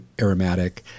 aromatic